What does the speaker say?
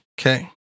Okay